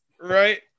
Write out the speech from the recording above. right